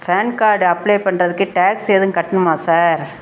பான் card apply பண்ணுறதுக்கு tax எதுவும் கட்டணுமா சார்